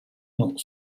not